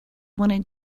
wanted